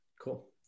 Cool